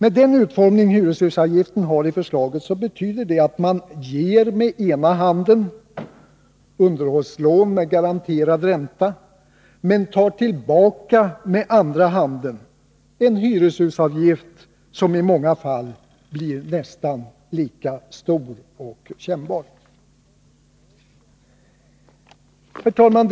Med den utformning hyreshusavgiften har i förslaget, betyder detta att man ger med ena handen — underhållslån med garanterad ränta — men tar tillbaka med andra handen, en hyreshusavgift som i många fall blir nästan lika stor och kännbar. Herr talman!